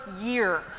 year